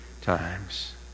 times